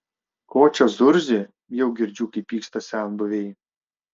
ko čia zurzi jau girdžiu kaip pyksta senbuviai